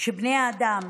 שבני אדם,